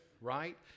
right